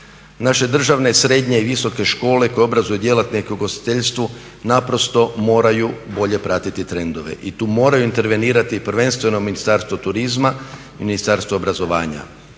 Naše državne srednje i visoke škole koje obrazuju djelatnike u ugostiteljstvu naprosto moraju bolje pratiti trendove i tu moraju intervenirati prvenstveno Ministarstvo turizma, Ministarstvo obrazovanja.